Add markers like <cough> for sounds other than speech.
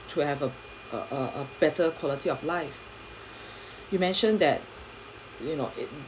to have a a a a better quality of life <breath> you mentioned that you know if